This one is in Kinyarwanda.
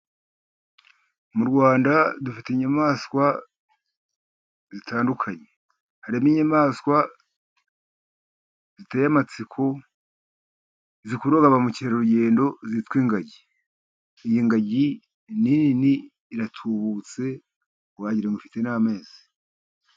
Mu Rwanda dufite inyamaswa zitandukanye harimo inyamaswa ziteye amatsiko zikuru ba mukerarugendo zitwa ingagi, iyi ngagi nini iratubutse wagirango ifite n'amezi.